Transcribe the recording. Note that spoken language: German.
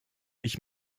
ich